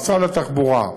משרד התחבורה,